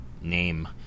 name